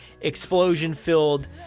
explosion-filled